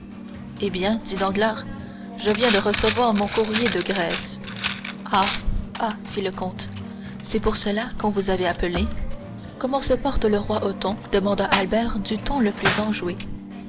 eh bien dit danglars je viens de recevoir mon courrier de grèce ah ah fit le comte c'est pour cela qu'on vous avait appelé comment se porte le roi othon demanda albert du ton le plus enjoué